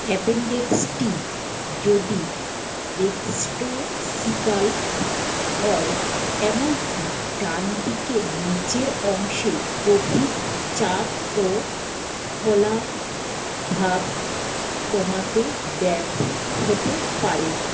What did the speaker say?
অ্যাপেণ্ডিক্সটি যদি রেক্সটোসিকাল হয় এমনকি ডান দিকে নীচের অংশে গভীর চাপ ও ফোলাভাব কমাতে ব্যর্থ হতে পারে